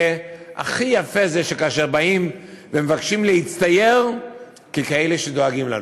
והכי יפה זה כאשר באים ומבקשים להצטייר ככאלה שדואגים לנו.